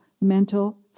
mental